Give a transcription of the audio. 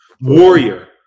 warrior